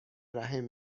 رحم